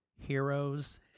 Heroes